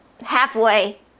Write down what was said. halfway